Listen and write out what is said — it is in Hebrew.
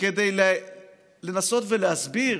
כדי לנסות ולהסביר